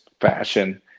fashion